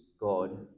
God